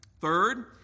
Third